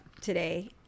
today